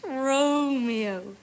Romeo